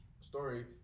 story